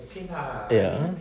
ya